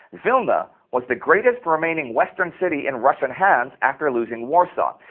vilna was the greatest remaining western city in russian hands after losing warsaw,